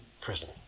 prison